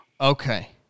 Okay